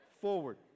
forward